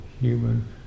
human